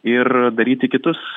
ir daryti kitus